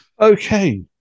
Okay